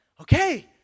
Okay